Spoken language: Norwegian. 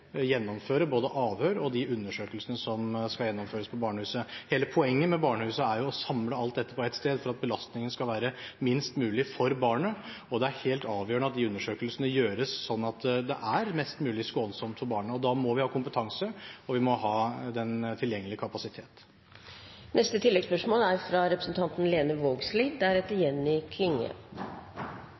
gjennomføre både avhør og de undersøkelsene som skal gjennomføres på barnehusene. Hele poenget med barnehusene er jo å samle alt dette på ett sted for at belastningen skal være minst mulig for barnet, og det er helt avgjørende at undersøkelsene gjøres sånn at det er mest mulig skånsomt for barnet. Og da må vi ha kompetanse, og vi må ha tilgjengelig kapasitet.